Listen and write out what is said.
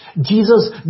Jesus